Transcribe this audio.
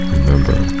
Remember